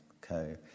co